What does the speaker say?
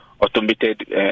automated